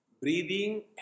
breathing